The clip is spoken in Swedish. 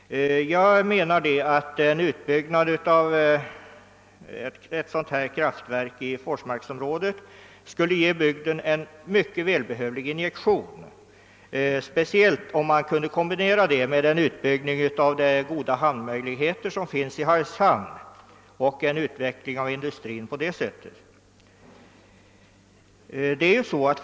Uppförandet av ett kärnkraftverk i Forsmarksområdet skulle ge bygden en högst välbehövlig injektion, speciellt om detta kan kombineras med en utbyggnad av hamnanläggningarna i Hargshamn. Det finns mycket goda möjligheter härför. På det sättet skulle man kunna utveckla industrin därstädes.